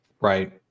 Right